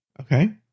Okay